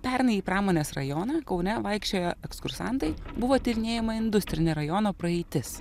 pernai į pramonės rajoną kaune vaikščiojo ekskursantai buvo tyrinėjama industrinė rajono praeitis